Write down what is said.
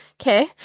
Okay